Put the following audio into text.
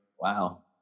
wow